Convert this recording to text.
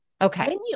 okay